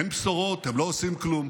אין בשורות, הם לא עושים כלום.